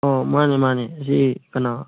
ꯃꯥꯅꯤ ꯃꯥꯅꯤ ꯁꯤ ꯀꯅꯥ